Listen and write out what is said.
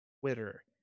Twitter